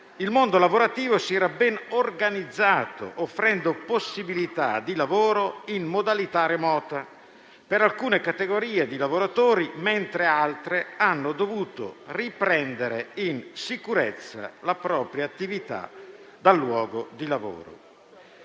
il mondo lavorativo si sia ben organizzato, offrendo possibilità di lavoro in modalità remota per alcune categorie di lavoratori, mentre altre hanno dovuto riprendere in sicurezza la propria attività dal luogo di lavoro.